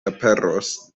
aperos